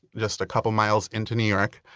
just a couple miles into new york,